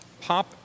pop